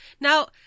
now